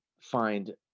find